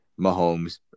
Mahomes